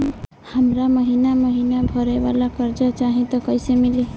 हमरा महिना महीना भरे वाला कर्जा चाही त कईसे मिली?